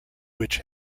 which